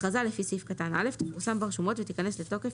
הכרזה לפי סעיף קטן (א) תפורסם ברשומות ותיכנס לתוקף